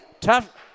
tough